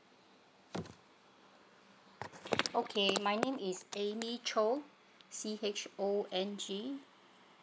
okay my name is amy chong C H O N G